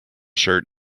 shirt